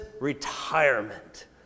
retirement